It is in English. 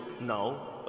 now